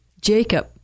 Jacob